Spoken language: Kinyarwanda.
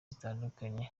zitandukanye